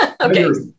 Okay